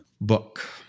book